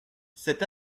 cet